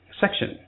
section